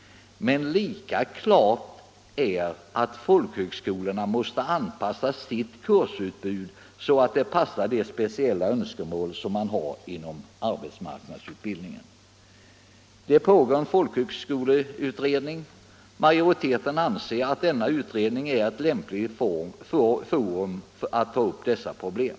Lika klart är att folkhögskolorna måste anpassa sitt kursutbud till de speciella önskemål som man har inom arbetsmarknadsutbildningen. Det pågår en folkhögskoleutredning. Majoriteten anser att denna utredning är ett lämpligt forum för att ta upp dessa problem.